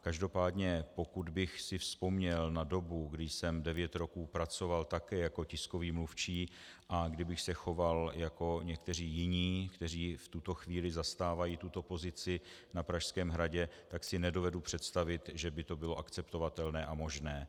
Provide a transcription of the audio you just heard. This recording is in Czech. Každopádně pokud bych si vzpomněl na dobu, kdy jsem devět roků pracoval také jako tiskový mluvčí, a kdybych se choval jako někteří jiní, kteří v tuto chvíli zastávají tuto pozici na Pražském hradě, tak si nedovedu představit, že by to bylo akceptovatelné a možné.